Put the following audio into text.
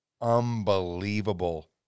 unbelievable